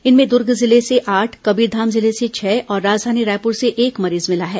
इनमें दुर्ग जिले से आठ कबीरधाम जिले से छह और राजधानी रायपुर से एक मरीज मिला है